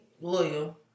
Loyal